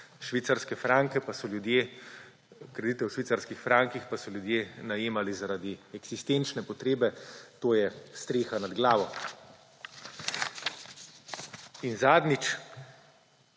zaradi dodatnega zaslužka. Kredite v švicarskih frankih pa so ljudje najemali zaradi eksistenčne potrebe, to je streha nad glavo. In zadnjič.